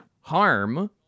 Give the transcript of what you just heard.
harm